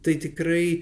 tai tikrai